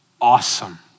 awesome